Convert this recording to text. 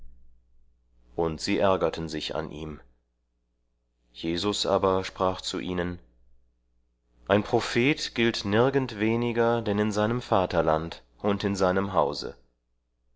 und sie ärgerten sich an ihm jesus aber sprach zu ihnen ein prophet gilt nirgend weniger denn in seinem vaterland und in seinem hause